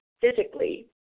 physically